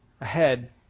ahead